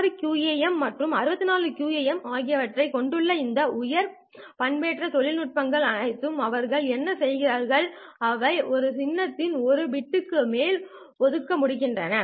16 QAM மற்றும் 64 QAM ஆகியவற்றைக் கொண்டுள்ளன இந்த உயர் பண்பேற்ற தொழில்நுட்பங்கள் அனைத்தும் அவர்கள் என்ன செய்கின்றன அவை ஒரு சின்னத்திற்கு 1 பிட்டுக்கு மேல் ஒதுக்க முயற்சிக்கின்றன